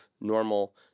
normal